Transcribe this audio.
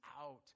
out